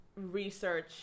research